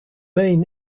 main